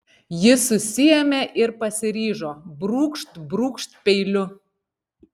ji susiėmė ir pasiryžo brūkšt brūkšt peiliu